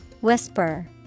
Whisper